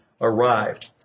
arrived